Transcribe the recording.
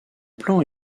plan